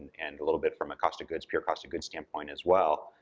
and a little bit from a cost of goods, pure cost of good standpoint, as well.